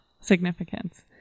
significance